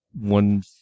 one